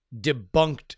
debunked